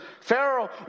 Pharaoh